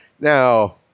Now